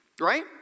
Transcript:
right